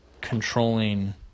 controlling